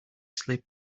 slip